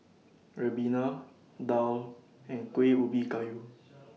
Ribena Daal and Kuih Ubi Kayu